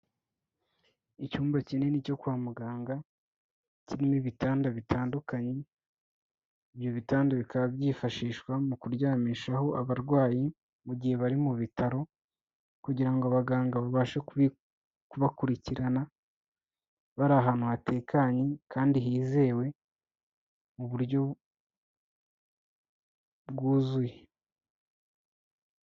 Icyumba kinini cyo kwa muganga kirimo ibitanda bitandukanye, ibyo bitanda bikaba byifashishwa mu kuryamishaho abarwayi mu gihe bari mu bitaro kugira ngo abaganga babashe kubakurikirana bari ahantu hatekanye kandi hizewe, mu buryo bwuzuye.